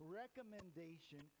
recommendation